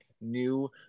new